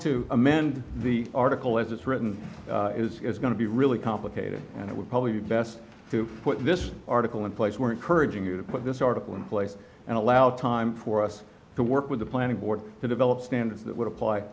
to amend the article as it's written is going to be really complicated and it would probably be best to put this article in place we're encouraging you to put this article in place and allow time for us to work with a planning board to develop standards that would apply